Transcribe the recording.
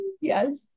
yes